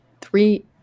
three